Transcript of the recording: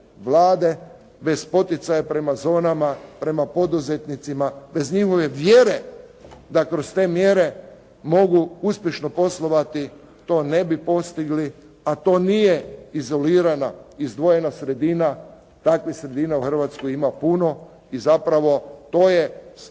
bez poticaja prema zonama, prema poduzetnicima, bez njihove vjere da kroz te mjere mogu uspješno poslovati to ne bi postigli, a to nije izolirana, izdvojena sredina. Takvih sredina u Hrvatskoj ima puno i zapravo to je ta naša